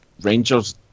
rangers